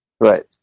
Right